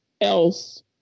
else